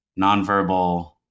nonverbal